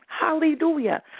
Hallelujah